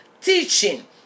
teaching